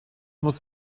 muss